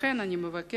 ולכן אני מבקשת,